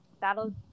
that'll